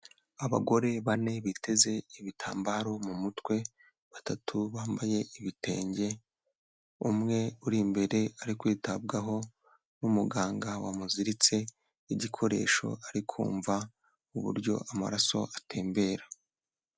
Abagore bane biteze ibitambaro mu mutwe batatu, bambaye ibitenge, umwe uri imbere ari kwitabwaho n'umuganga wamuziritse igikoresho, ari kumva uburyo amaraso atembera.